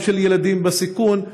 גם של ילדים בסיכון,